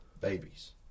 babies